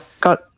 got